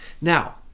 Now